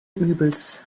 übels